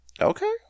okay